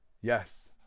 Yes